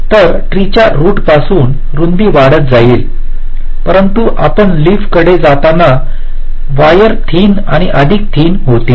तर ट्रीच्या रूटपासून रुंदी वाढत जाईल परंतु आपण लिफ कडे जाताना तारा थिन आणि अधिक थिन होतील